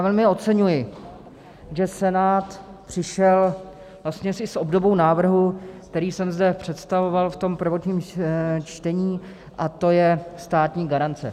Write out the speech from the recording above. Velmi oceňuji, že Senát přišel vlastně i s obdobou návrhu, který jsem zde představoval v tom prvotním čtení, a to je státní garance.